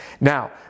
Now